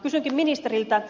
kysynkin ministeriltä